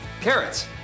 Carrots